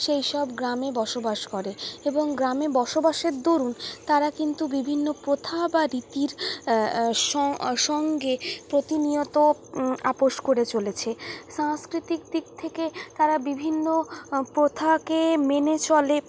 সেই সব গ্রামে বসবাস করে এবং গ্রামে বসবাসের দরুন তারা কিন্তু বিভিন্ন প্রথা বা রীতির সঙ্গে প্রতিনিয়ত আপস করে চলেছে সাংস্কৃতিক দিক থেকে তারা বিভিন্ন প্রথাকে মেনে চলে